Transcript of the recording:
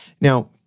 Now